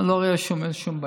אני לא רואה שום בעיה